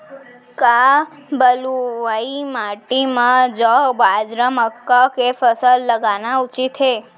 का बलुई माटी म जौ, बाजरा, मक्का के फसल लगाना उचित हे?